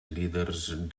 líders